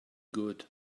good